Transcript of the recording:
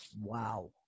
Wow